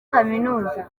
kaminuza